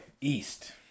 East